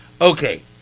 Okay